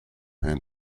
and